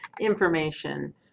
information